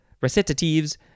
recitatives